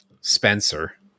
Spencer